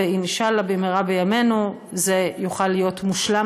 ואינשאללה במהרה בימינו יוכל להיות מושלם